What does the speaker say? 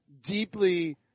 deeply